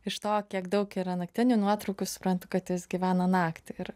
iš to kiek daug yra naktinių nuotraukų suprantu kad jis gyvena naktį ir